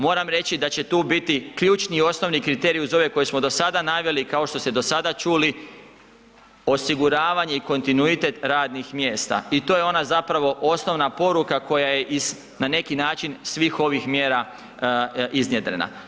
Moram reći da će tu biti ključni i osnovni kriterij uz ove koje smo dosada naveli, kao što ste dosada čuli, osiguravanje i kontinuitet radnih mjesta i to je ona zapravo osnovna poruka koja je iz, na neki način, svih ovih mjera iznjedrena.